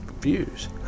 views